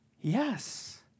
Yes